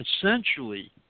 essentially